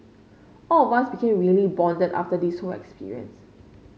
all of us became really bonded after this whole experience